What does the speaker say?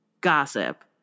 gossip